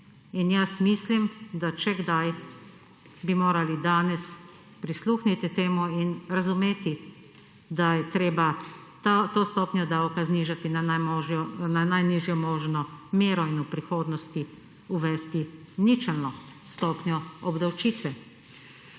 In jaz mislim, da če kdaj, bi morali danes prisluhniti temu in razumeti, da je treba to stopnjo davka znižati na najnižjo možno mero in v prihodnosti uvesti ničelno stopnjo obdavčitve.